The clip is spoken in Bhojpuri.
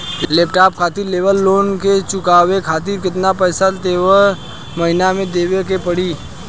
लैपटाप खातिर लेवल लोन के चुकावे खातिर केतना पैसा केतना महिना मे देवे के पड़ी?